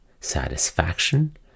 satisfaction